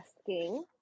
asking